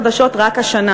40 התארגנויות חדשות רק השנה,